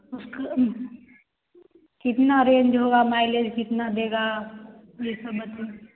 उसकी कितनी रेंज होगी माइलेज कितना देगा यह सब बताइए